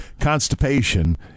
Constipation